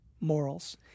morals